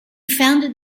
founded